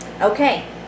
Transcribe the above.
Okay